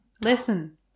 Listen